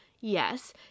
Yes